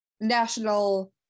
national